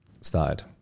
started